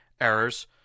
errors